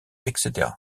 etc